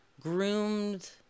groomed